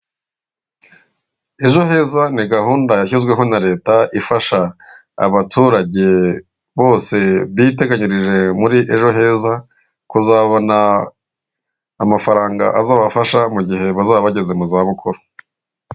Ejo heza ni gahunda yashyizweho na leta ifasha abaturage bose biteganyirije muri ejo heza, kuzabona amafaranga azabafasha mu gihe bazaba bageze mu zabukuru.